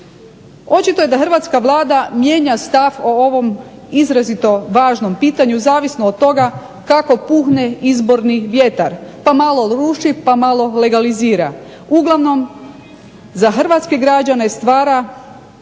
Očito je da hrvatska Vlada mijenja stav o ovom izrazito važnom pitanju, zavisno od toga kako puhne izborni vjetar pa malo ruši pa malo legalizira. Uglavnom, za hrvatske građane stvara